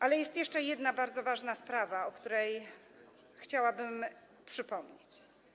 Ale jest jeszcze jedna bardzo ważna sprawa, o której chciałabym przypomnieć.